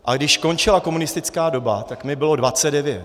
A když končila komunistická doba, tak mi bylo dvacet devět.